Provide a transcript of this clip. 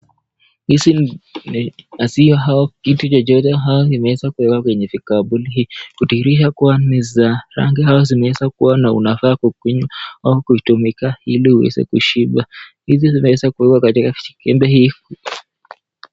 Hizi ni maziwa au kitu chochote au imeweza kuwekwa kwenye kikapu hii. Kudhihirisha kuwa ni za rangi au zinaweza kuwa unafaa kuikunywa ama kutumika ili uweze kushiba. Hizi zimeweza kuwekwa katika kikembe hii.